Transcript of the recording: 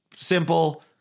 Simple